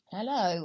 Hello